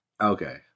okay